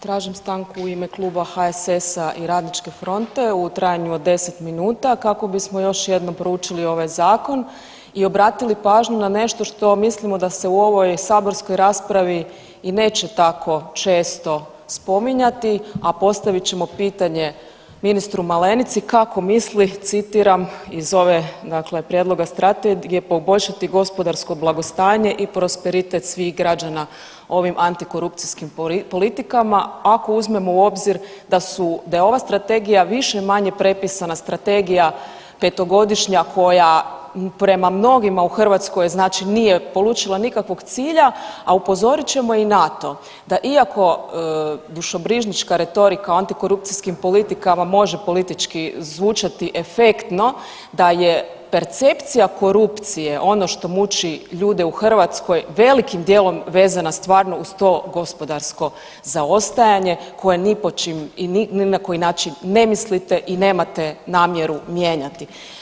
Tražim stanku u ime Kluba HSS-a i Radničke fronte u trajanju od 10 minuta kako bismo još jednom proučili ovaj Zakon i obratili pažnju na nešto što mislimo da se u ovoj saborskoj raspravi i neće tako često spominjati, a postavit ćemo pitanje ministru Malenici kako misli, citiram, iz ove dakle, prijedloga Strategije poboljšati gospodarsko blagostanje i prosperitet svih građana ovim antikorupcijskim politikama, ako uzmemo u obzir da je ova Strategija više-manje prepisana strategija 5-godišnja koja prema mnogima u Hrvatskoj znači nije polučila nikakvog cilja, a upozorit ćemo i na to da iako dušobrižnička retorika o antikorupcijskim politikama može politički zvučati efektno, da je percepcija korupcije ono što muči ljude u Hrvatskoj, velikim dijelom vezana stvarno uz to gospodarsko zaostajanje koje ni po čim i ni na koji način ne mislite i nemate namjeru mijenjati.